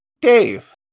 Dave